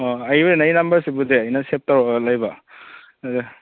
ꯑꯣ ꯑꯩꯒꯤ ꯑꯣꯏꯅ ꯅꯪꯒꯤ ꯅꯝꯕꯔꯁꯤꯕꯨꯗꯤ ꯑꯩꯅ ꯁꯦꯚ ꯇꯧꯔꯒ ꯂꯩꯕ ꯑꯗꯨꯗ